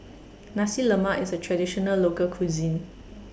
Nasi Lemak IS A Traditional Local Cuisine